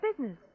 business